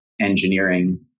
engineering